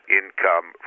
income